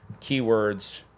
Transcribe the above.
keywords